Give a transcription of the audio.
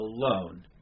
alone